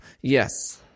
Yes